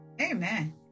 amen